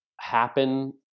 happen